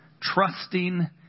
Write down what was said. trusting